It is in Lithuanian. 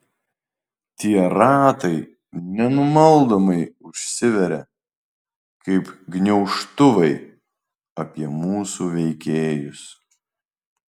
tie ratai nenumaldomai užsiveria kaip gniaužtuvai apie mūsų veikėjus